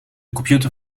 computer